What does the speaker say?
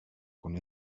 con